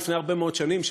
לפני הרבה מאוד שנים,